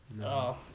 No